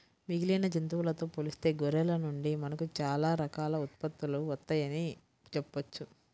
మిగిలిన జంతువులతో పోలిస్తే గొర్రెల నుండి మనకు చాలా రకాల ఉత్పత్తులు వత్తయ్యని చెప్పొచ్చు